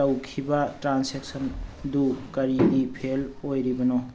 ꯇꯧꯈꯤꯕ ꯇ꯭ꯔꯥꯟꯁꯦꯛꯁꯟ ꯗꯨ ꯀꯔꯤꯒꯤ ꯐꯦꯜ ꯑꯣꯏꯔꯤꯕꯅꯣ